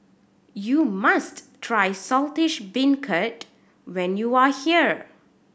you must try Saltish Beancurd when you are here